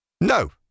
No